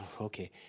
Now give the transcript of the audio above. Okay